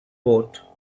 vote